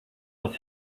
with